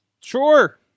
Sure